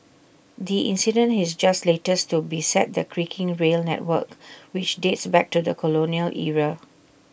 the incident is just latest to beset the creaking rail network which dates back to the colonial era